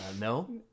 No